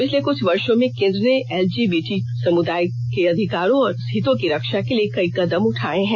पिछले कुछ वर्षों में केंद्र ने एलजीबीटीक्यू समुदाय के अधिकारों और हितों की रक्षा के लिए कई कदम उठाए हैं